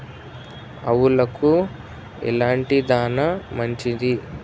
ఆవులకు ఎలాంటి దాణా మంచిది?